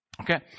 Okay